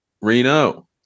reno